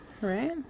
Right